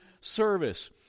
service